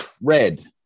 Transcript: Red